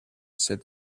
said